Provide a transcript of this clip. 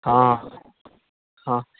हँ हँ